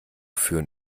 führen